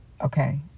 okay